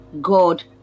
god